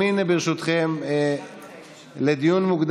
יושבים ואמורים לחשוב מחוץ לקופסה,